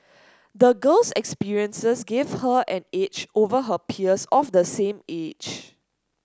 the girl's experiences gave her an edge over her peers of the same age